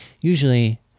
usually